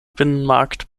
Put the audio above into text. binnenmarkt